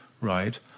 right